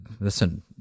listen—